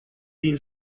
din